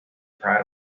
proud